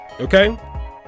okay